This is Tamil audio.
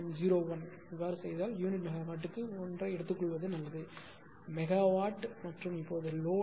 01 இப்படி செய்தால் யூனிட் மெகாவாட்டுக்கு 1 ஐ எடுத்துக்கொள்வது நல்லது மெகாவாட் மற்றும் இப்போது லோடு 0